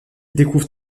découvre